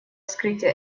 вскрытия